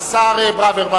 השר ברוורמן,